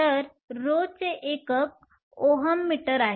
तर ρ चे एकक Ω मी Ω m आहे